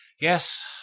Yes